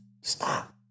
stop